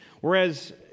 Whereas